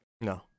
No